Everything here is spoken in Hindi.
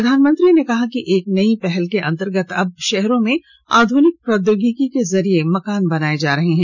प्रधानमंत्री ने कहा कि एक नई पहल के अंतर्गत अब शहरों में आधुनिक प्रौद्योगिकी के जरिये मकान बनाये जा रहे हैं